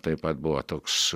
taip pat buvo toks